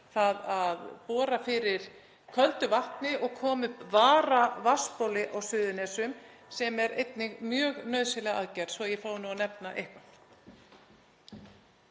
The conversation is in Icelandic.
það að bora fyrir köldu vatni og koma upp varavatnsbóli á Suðurnesjum sem er einnig mjög nauðsynleg aðgerð, svo ég fái nú að nefna eitthvað.